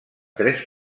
tres